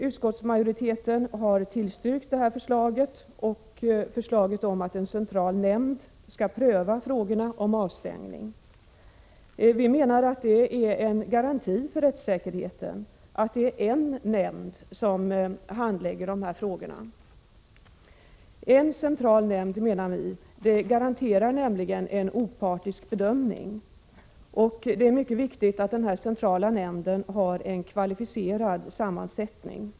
Utskottsmajoriteten har tillstyrkt förslaget om att en central nämnd skall pröva frågor om avstängning. Vi menar att det är en garanti för rättssäkerheten att det är en nämnd som handlägger dessa frågor. En central nämnd garanterar nämligen enligt vår uppfattning en opartisk bedömning. Det är mycket viktigt att den centrala nämnden har en kvalificerad sammansättning.